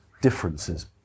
differences